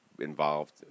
Involved